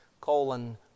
colon